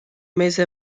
mese